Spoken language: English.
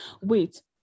Wait